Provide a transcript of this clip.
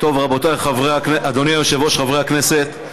אדוני היושב-ראש, חברי הכנסת,